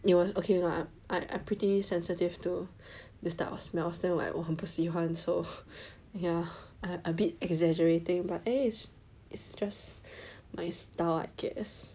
it was ok lah I I'm pretty sensitive to this type of smell so 我很不喜欢 so ya I a bit exaggerating but anyways is just my style I guess